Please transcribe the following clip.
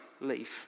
leave